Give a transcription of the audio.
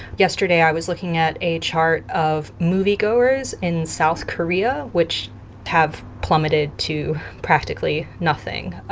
yesterday, i was looking at a chart of moviegoers in south korea, which have plummeted to practically nothing.